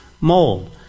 mold